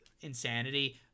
insanity